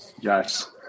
Yes